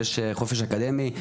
יש חופש אקדמי.